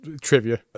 trivia